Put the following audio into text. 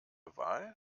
wahl